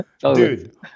dude